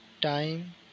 time